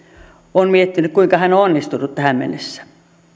on miettinyt kuinka hän on onnistunut tähän mennessä